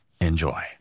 Enjoy